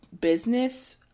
business